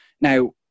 Now